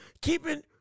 keeping